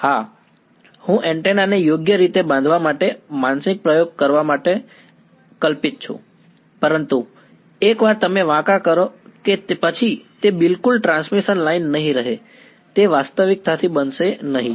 હા હું એન્ટેના ને યોગ્ય રીતે બાંધવા માટે માનસિક પ્રયોગ કરવા જેવો કાલ્પનિક છું પરંતુ એકવાર તમે વાંકા કરો તે પછી તે બિલકુલ ટ્રાન્સમિશન લાઇન નહીં રહે તે વાસ્તવિકતાથી બનશે નહીં